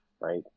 right